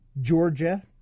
Georgia